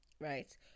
right